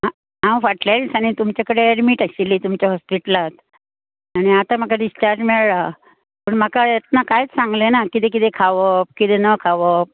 हांव फाटल्या दिसांनी तुमचें कडेन ऍडमीट आशिल्लें तुमच्या हॉस्पिटलान आनी आतां म्हाका डिस्चार्ज मेळ्ळा पूण म्हाका येतना कांयच सांगले ना कितें कितें खावप कितें न खावप